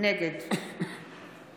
נגד